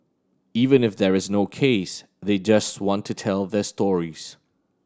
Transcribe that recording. even if there is no case they just want to tell their stories